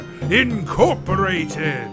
Incorporated